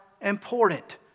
important